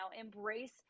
Embrace